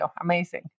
amazing